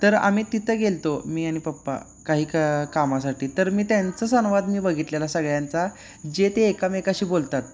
तर आम्ही तिथं गेल होतो मी आणि पप्पा काही क कामासाठी तर मी त्यांचं संवाद मी बघितलेला सगळ्यांचा जे ते एकमेकाशी बोलतात